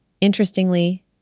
Interestingly